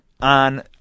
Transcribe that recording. on